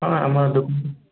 ହଁ ଆମର ଦୋ